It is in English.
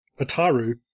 Ataru